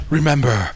Remember